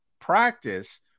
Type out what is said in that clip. practice